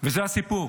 וזה הסיפור.